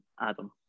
Adam